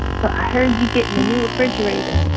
so i heard you're getting a new refrigerator